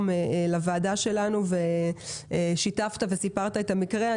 לדיון בוועדה שלנו ושיתפת וסיפרת על המקרה.